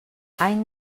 any